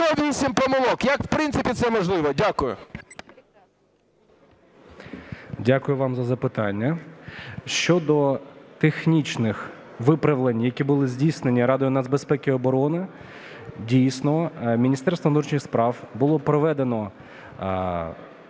Дякую вам за запитання. Щодо технічних виправлень, які були здійснені Радою нацбезпеки і оборони, дійсно, Міністерством внутрішніх справ було проведено